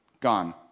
Gone